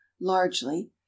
largely